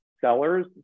sellers